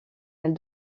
elle